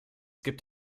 gibt